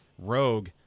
rogue